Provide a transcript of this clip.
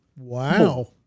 wow